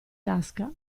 tasca